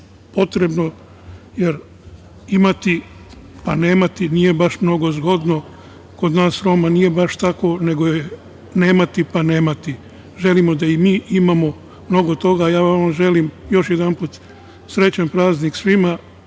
potrebno, jer imati pa nemati nije baš mnogo zgodno. Kod nas Roma nije baš tako, nego je nemati pa nemati. Želimo da i mi imamo mnogo toga. Ja vama želim još jedanput srećan praznik svima